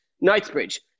Knightsbridge